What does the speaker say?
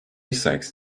sachs